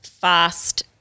fast